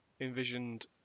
envisioned